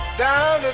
down